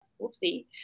Whoopsie